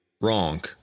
wrong